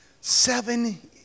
Seven